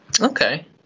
Okay